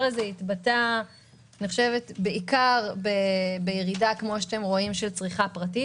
הזה התבטא בעיקר בירידה של צריכה פרטית.